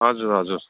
हजुर हजुर